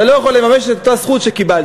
אתה לא יכול לממש את אותה זכות שקיבלת.